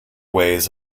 ways